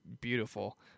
beautiful